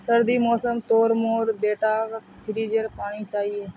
सर्दीर मौसम तो मोर बेटाक फ्रिजेर पानी चाहिए